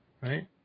Right